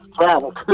travel